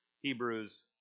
Hebrews